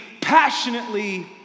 passionately